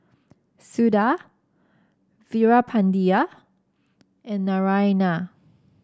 Suda Veerapandiya and Naraina